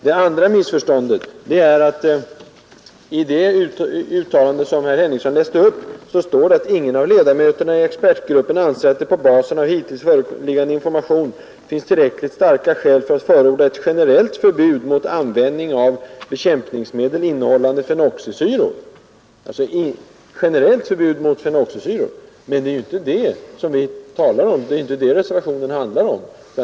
Det andra missförståndet är att i det uttalande som herr Henningsson läste upp står att ingen av ledamöterna i expertgruppen anser att det på grundval av hittills föreliggande informationer finns tillräckligt starka skäl för att förorda ett generellt förbud mot användning av bekämpningsmedel innehållande fenoxisyror, alltså generellt förbud mot fenoxisyror. Men det är ju inte det vi talar om. Det är inte det reservationen handlar om.